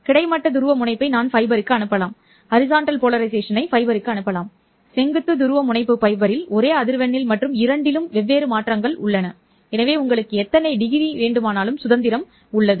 கிடைமட்ட துருவமுனைப்பை நான் ஃபைபருக்கு அனுப்பலாம் செங்குத்து துருவமுனைப்பு ஃபைபரில் ஒரே அதிர்வெண்ணில் மற்றும் இரண்டிலும் வெவ்வேறு மாற்றங்கள் உள்ளன எனவே உங்களுக்கு எத்தனை டிகிரி சுதந்திரம் உள்ளது